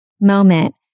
moment